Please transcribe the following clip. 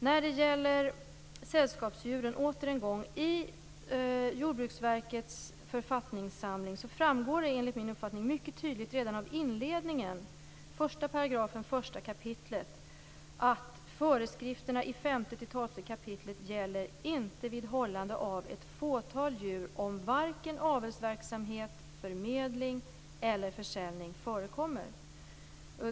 När det gäller sällskapsdjuren vill jag återigen säga att det i jordbruksverkets författningssamling, enligt min uppfattning, mycket tydligt framgår redan i inledningen, 1 §, 1 kap., att föreskrifterna i 5-12 kap. inte gäller vid hållande av ett fåtal djur om varken avelsverksamhet, förmedling eller försäljning förekommer.